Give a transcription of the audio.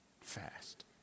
fast